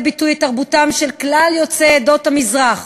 ביטוי את תרבותם של כלל יוצאי עדות המזרח,